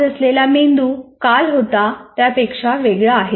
आज असलेला मेंदू काल होता त्यापेक्षा वेगळा आहे